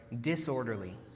disorderly